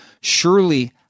Surely